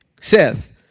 Seth